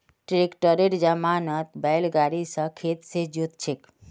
ट्रैक्टरेर जमानात बैल गाड़ी स खेत के जोत छेक